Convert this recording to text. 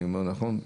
אני אומר נכון?